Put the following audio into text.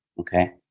Okay